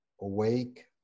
awake